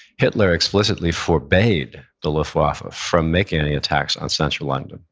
hitler explicitly forbade the luftwaffe from making any attacks on central london,